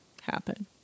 happen